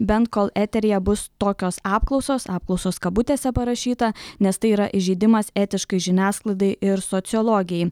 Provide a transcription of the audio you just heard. bent kol eteryje bus tokios apklausos apklausos kabutėse parašyta nes tai yra įžeidimas etiškai žiniasklaidai ir sociologijai